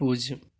പൂജ്യം